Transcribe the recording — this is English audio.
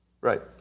Right